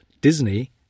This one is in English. Disney